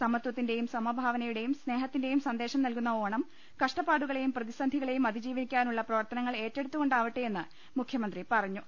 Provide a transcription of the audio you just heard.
സമത്പത്തിന്റെയും സമഭാവനയുടെയും സ്നേഹത്തിന്റെയും സന്ദേശം നൽകുന്ന ഓണം കഷ്ടപ്പാടുകളെയും പ്രതിസന്ധിക ളെയും അതിജീവിക്കാനുള്ള പ്രവർത്തനങ്ങൾ ഏറ്റെടുത്തുകൊ ണ്ടാവട്ടെ എന്ന് മുഖ്യമന്ത്രി പറഞ്ഞു